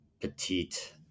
petite